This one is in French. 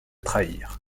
trahir